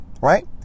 Right